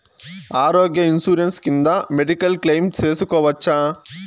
ఆరోగ్య ఇన్సూరెన్సు కింద medical claim సేసుకోవచ్చా?